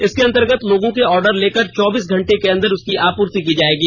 इसके अंतर्गत लोगों के आर्डर लेकर चौबीस घंटे के अंदर उसकी आपूर्ति की जायेगी